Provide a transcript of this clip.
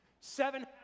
Seven